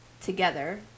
together